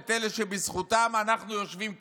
את אלה שבזכותם אנחנו יושבים כאן.